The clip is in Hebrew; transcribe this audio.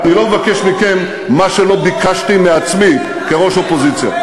אני לא מבקש מכם מה שלא ביקשתי מעצמי כראש אופוזיציה.